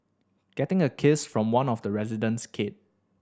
getting a kiss from one of the resident's kid